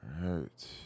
right